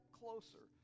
closer